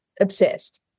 obsessed